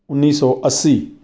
ਉੱਨੀ ਸੌ ਅੱਸੀ